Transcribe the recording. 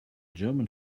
german